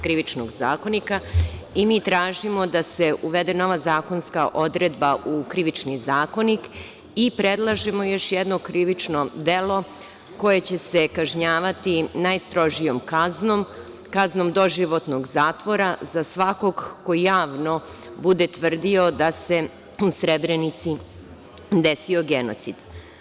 Krivičnog zakonika i mi tražimo da se uvede nova zakonska odredba u Krivični zakonik i predlažemo još jedno krivično delo koje će se kažnjavati najstrožijom kaznom doživotnog zatvora za svakog ko javno bude tvrdio da se u Srebrenici desio genocid.